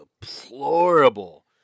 deplorable